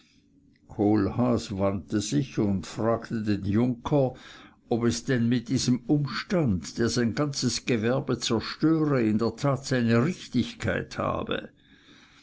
kohlhaas wandte sich und fragte den junker ob es denn mit diesem umstand der sein ganzes gewerbe zerstöre in der tat seine richtigkeit habe